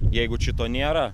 jeigu šito nėra